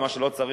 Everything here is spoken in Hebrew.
ומה שלא צריך,